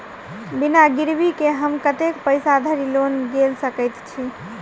बिना गिरबी केँ हम कतेक पैसा धरि लोन गेल सकैत छी?